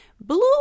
Blue